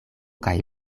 kaj